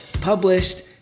published